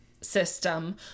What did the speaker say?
System